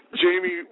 Jamie